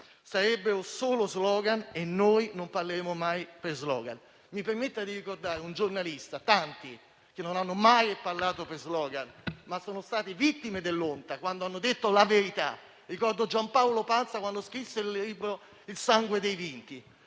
sarebbe un solo *slogan* e noi non parleremo mai per *slogan*. Mi permetta di ricordare un giornalista (in tanti non hanno mai parlato per *slogan*, ma sono stati vittime dell'onta, quando hanno detto la verità): ricordo Giampaolo Pansa, che ha scritto il libro «Il sangue dei vinti»;